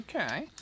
Okay